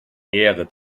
ehre